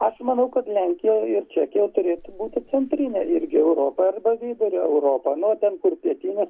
aš manau kad lenkija ir čekija turėtų būti centrinė irgi europa arba vidurio europa na o ten kur pietinė